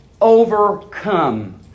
overcome